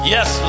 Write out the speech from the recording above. Yes